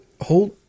hold